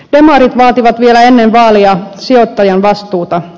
demarit vaativat vielä ennen vaaleja sijoittajan vastuuta